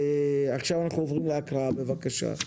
הקראה בבקשה.